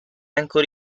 ancora